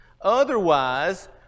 Otherwise